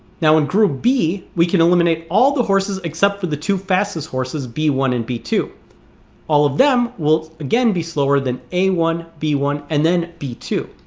now in group b, we can eliminate all the horses except for the two fastest horses b one and b two all of them will again be slower than a one, b one, and then b two